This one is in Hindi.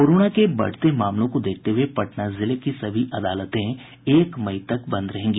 कोरोना के बढ़ते मामलों को देखते हुए पटना जिले की सभी अदालतें एक मई तक बंद रहेंगी